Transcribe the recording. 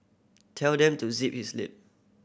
tell them to zip his lip